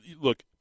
look